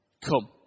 come